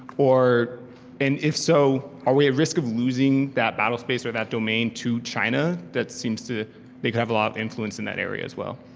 or and if so, are we at risk of losing that battle space or that domain to china? that seems that they could have a lot of influence in that area as well.